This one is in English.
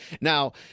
now